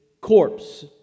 corpse